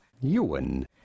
Ewan